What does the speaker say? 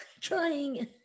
Trying